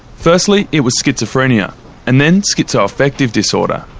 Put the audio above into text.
firstly, it was schizophrenia and then schizoaffective disorder.